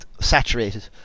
saturated